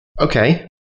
Okay